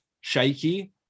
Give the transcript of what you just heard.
shaky